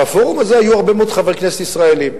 בפורום הזה היו הרבה מאוד חברי כנסת ישראלים.